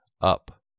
up